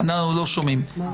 כתוב,